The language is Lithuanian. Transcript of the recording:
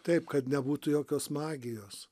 taip kad nebūtų jokios magijos